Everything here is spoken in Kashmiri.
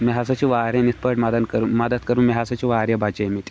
مےٚ سا چھِ واریاہَن یِتھ پٲٹھۍ مَدَن کٔر مَدَد کٔر مےٚ سا چھِ واریاہ بَچٲمٕتۍ